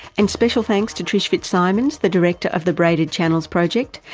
and special thanks to trish fitzsimons, the director of the braded channels project,